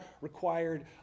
required